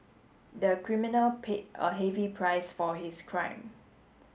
the criminal paid a heavy price for his crime